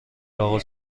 اقا